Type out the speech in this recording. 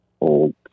old